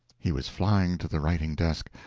he was flying to the writing-desk,